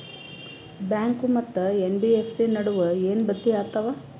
Bank ಮತ್ತ NBFC ನಡುವ ಏನ ಬದಲಿ ಆತವ?